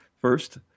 First